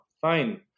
fine